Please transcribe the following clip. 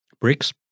bricks